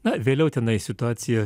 na vėliau tenai situacija